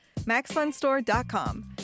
MaxFunStore.com